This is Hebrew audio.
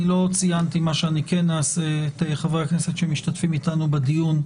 לא ציינתי את חברי הכנסת האחרים שמשתתפים איתנו בדיון: